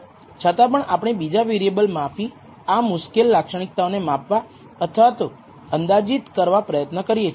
છતાં પણ આપણે બીજા વેરિયેબલ માફી આ મુશ્કેલ લાક્ષણિકતાઓને માપવા અથવા અંદાજિત કરવા પ્રયત્ન કરીએ છીએ